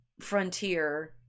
frontier